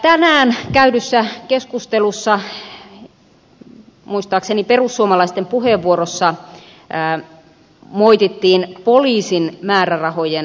tänään käydyssä keskustelussa muistaakseni perussuomalaisten puheenvuorossa moitittiin poliisin määrärahojen tasoa